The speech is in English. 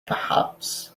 perhaps